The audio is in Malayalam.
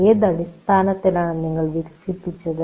ഏത് അടിസ്ഥാനത്തിലാണ് നിങ്ങൾ വികസിപ്പിക്കുന്നത്